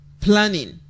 planning